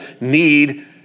need